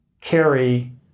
carry